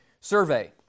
survey